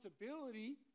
responsibility